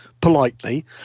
politely